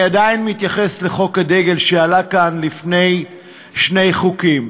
אני עדיין מתייחס לחוק הדגל שעלה כאן לפני שני חוקים.